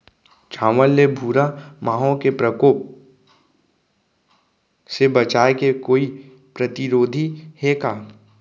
चांवल के भूरा माहो के प्रकोप से बचाये के कोई प्रतिरोधी हे का?